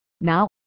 Now